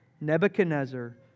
Nebuchadnezzar